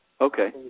Okay